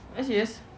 yes yes